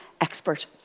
expert